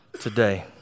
today